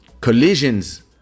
collisions